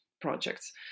projects